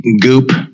goop